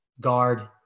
guard